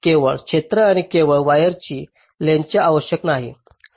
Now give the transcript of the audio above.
केवळ क्षेत्र आणि केवळ वायरची लेंग्थसच आवश्यक नाही